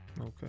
okay